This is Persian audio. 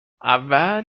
اول